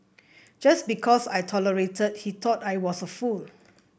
just because I tolerated he thought I was a fool